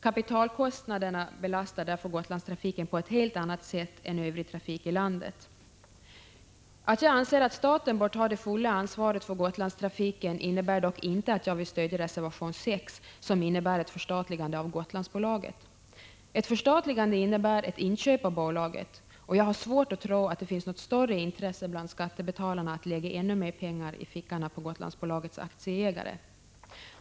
Kapitalkostnaderna belastar därför Gotlandstrafiken på ett helt annat sätt än övrig trafik i landet gör. Att jag anser att staten bör ta fullt ansvar för Gotlandstrafiken innebär dock inte att jag stöder reservation 6, som gäller ett förstatligande av Gotlandsbolaget. Ett förstatligande innebär ett inköp av bolaget, och jag har svårt att tro att det finns något större intresse bland skattebetalarna för att stoppa ännu mer pengar i fickorna på Gotlandsbolagets aktieägare.